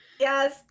Yes